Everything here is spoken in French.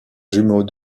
jumeau